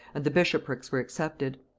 and the bishoprics were accepted.